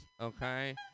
okay